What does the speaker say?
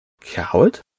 Coward